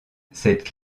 cette